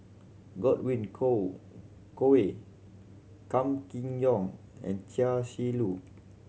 Godwin coal Koay Kam Kee Yong and Chia Shi Lu